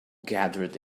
gathered